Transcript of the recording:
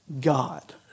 God